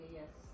yes